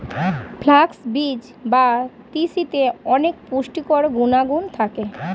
flax বীজ বা তিসিতে অনেক পুষ্টিকর গুণাগুণ থাকে